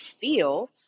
feel